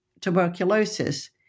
tuberculosis